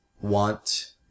want